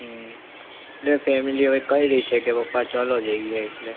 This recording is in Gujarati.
હમ એટલે ફેમિલી હવે કહી રહી છે કે પપ્પા ચાલો જઈએ એટલે